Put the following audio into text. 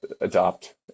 adopt